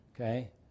Okay